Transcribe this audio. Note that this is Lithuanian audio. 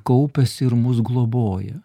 kaupiasi ir mus globoja